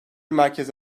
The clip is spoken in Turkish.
merkezi